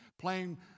Playing